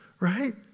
right